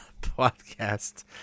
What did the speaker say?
podcast